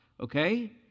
okay